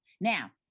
Now